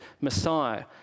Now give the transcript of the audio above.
Messiah